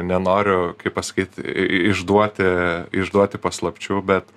nenoriu kaip pasakyti išduoti išduoti paslapčių bet